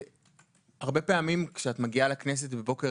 הרבה פעמים כשאת מגיעה לכנסת בבוקר,